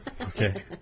okay